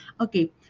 Okay